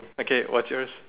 okay what's yours